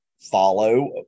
follow